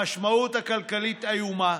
המשמעות הכלכלית איומה.